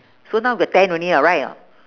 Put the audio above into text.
so now got ten only what right